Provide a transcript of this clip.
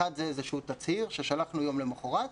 אחד זה איזשהו תצהיר ששלחנו יום למוחרת.